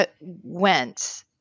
went